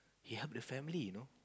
he help the family you know